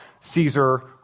Caesar